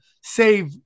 save